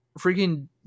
freaking